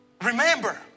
Remember